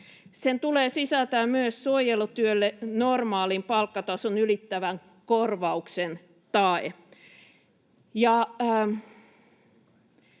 Sen tulee sisältää myös suojelutyölle normaalin palkkatason ylittävän korvauksen tae.